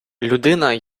людина